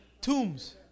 tombs